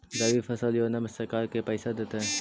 रबि फसल योजना में सरकार के पैसा देतै?